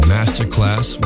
Masterclass